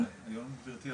אבל היום גברתי,